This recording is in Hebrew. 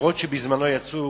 אף-על-פי שבשעתו יצאו